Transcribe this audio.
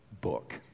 book